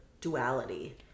duality